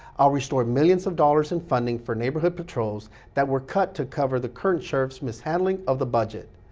i'll restore millions of dollars in funding for neighborhood patrols that were cut to cover the current sheriff's mishandling of the budget.